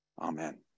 amen